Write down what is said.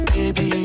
Baby